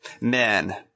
Men